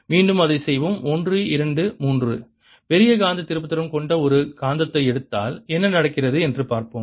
மீண்டும் அதைச் செய்வோம் 1 2 3 பெரிய காந்த திருப்புத்திறன் கொண்ட ஒரு காந்தத்தை எடுத்தால் என்ன நடக்கிறது என்று பார்ப்போம்